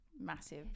massive